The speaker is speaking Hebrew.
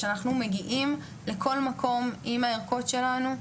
שאנחנו מגיעים לכל מקום עם הערכות שלנו,